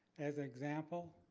as an example,